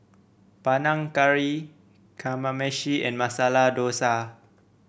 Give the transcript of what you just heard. Panang Curry Kamameshi and Masala Dosa